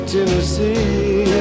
Tennessee